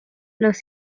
los